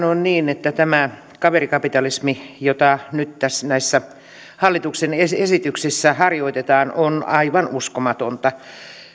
vain on niin että tämä kaverikapitalismi jota nyt näissä hallituksen esityksissä harjoitetaan on aivan uskomatonta